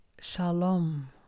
shalom